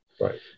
right